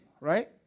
right